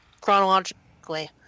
chronologically